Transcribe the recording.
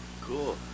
Cool